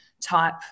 type